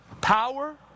power